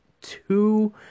two